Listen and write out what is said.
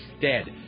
dead